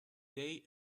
day